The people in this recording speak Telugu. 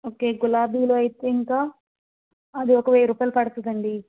ఓకే గులాబీలు అయితే ఇంకా అది ఒక వెయ్యి రూపాయలు పడుతుందండి